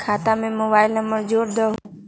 खाता में mobile number जोड़ दहु?